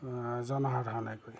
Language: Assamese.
জনসাধাৰণে গৈ